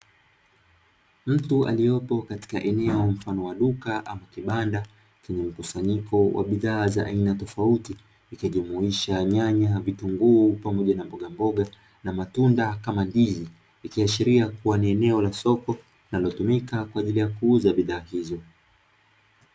Mtu aliopo katika eneo mfano wa duka ama kibanda chenye mkusanyiko wa bidhaa za aina tofauti ikijumuisha nyanya, vitunguu pamoja na mboga mboga na matunda kama ndizi ikiashiria kuwa ni eneo la soko linalotumika kwa ajili ya kuuza bidhaa hizo.